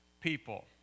people